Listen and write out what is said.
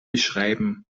beschreiben